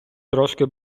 трошки